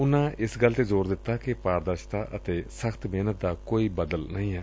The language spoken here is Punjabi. ਉਨੂਾ ਇਸ ਗੱਲ ਤੇ ਜੋਰ ਦਿੱਤਾ ਕਿ ਪਾਰਦਰਸਤਾ ਅਤੇ ਸਖ਼ਤ ਮਿਹਨਤ ਦਾ ਕੋਈ ਬਦਲ ਨਹੀ ਏ